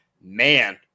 Man